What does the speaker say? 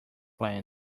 plan